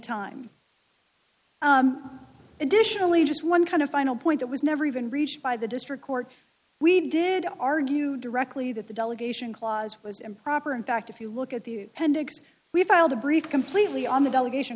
time additionally just one kind of final point that was never even reached by the district court we did argue directly that the delegation clause was improper in fact if you look at the pending we filed a brief completely on the delegation